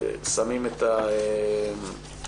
שמים את הקו.